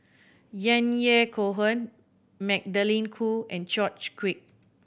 Yahya Cohen Magdalene Khoo and George Quek